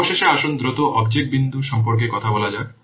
অবশেষে আসুন দ্রুত অবজেক্ট বিন্দু সম্পর্কে কথা বলা যাক